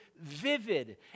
vivid